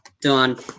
Done